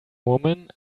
woman